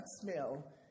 smell